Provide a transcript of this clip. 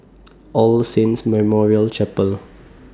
All Saints Memorial Chapel